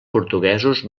portuguesos